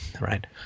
right